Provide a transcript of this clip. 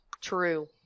True